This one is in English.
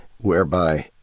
whereby